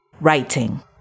writing